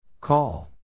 Call